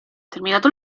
terminato